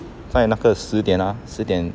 在那个十点 ah 十点